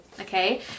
Okay